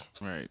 right